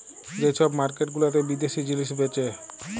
যে ছব মার্কেট গুলাতে বিদ্যাশি জিলিস বেঁচে